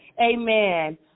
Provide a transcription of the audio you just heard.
Amen